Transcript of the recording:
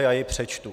Já je přečtu.